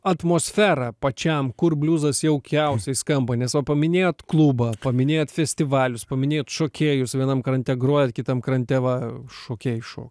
atmosfera pačiam kur bliuzas jaukiausiai skamba nes va paminėjot klubą paminėjot festivalius paminėjot šokėjus vienam krante grojant kitam krante va šokėjai šok